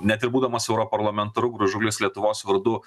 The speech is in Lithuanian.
net ir būdamas europarlamentaru gražulis lietuvos vardu